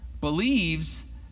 believes